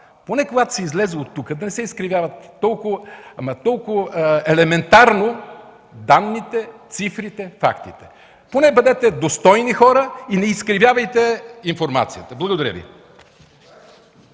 поне когато се излезе тук, да не се изкривяват толкова елементарно данните, цифрите, фактите. Поне бъдете достойни хора и не изкривявайте информацията. Благодаря.